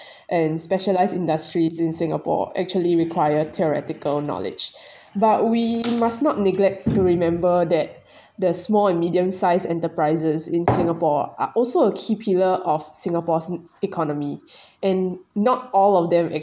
and specialised industries in singapore actually require theoretical knowledge but we must not neglect to remember that the small and medium sized enterprises in singapore are also a key pillar of singapore's economy and not all of them